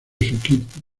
city